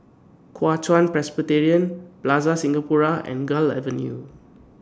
Kuo Chuan Presbyterian Plaza Singapura and Gul Avenue